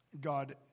God